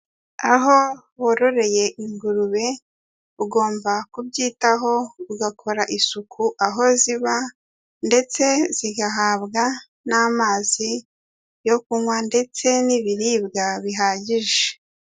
Aho wororeye ingurube ugomba kubyitaho ugakora isuku aho ziba ndetse zigahabwa n'amazi yo kunywa ndetse n'ibiribwa bihagije.